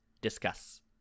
Discuss